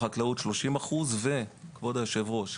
בחקלאות 30%. כבוד היושב-ראש,